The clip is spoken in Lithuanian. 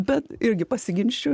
bet irgi pasiginčijau